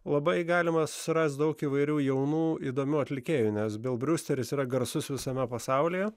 labai galima surasti daug įvairių jaunų įdomių atlikėjų nes bel briusteris yra garsus visame pasaulyje